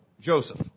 Joseph